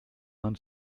man